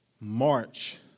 March